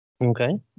Okay